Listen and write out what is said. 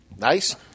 Nice